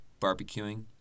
barbecuing